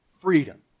freedom